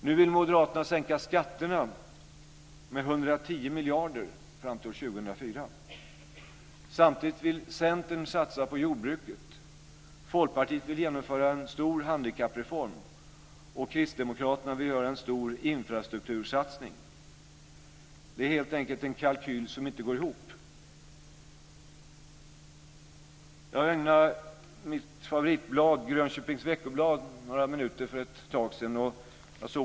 Nu vill Moderaterna sänka skatterna med 110 miljarder fram till år 2004. Samtidigt vill Centern satsa på jordbruket, Folkpartiet vill genomföra en stor handikappreform och Kristdemokraterna vill göra en stor infrastruktursatsning. Det är helt enkelt en kalkyl som inte går ihop. Jag ägnade mitt favoritblad, Grönköpings Veckoblad, några minuter för ett tag sedan.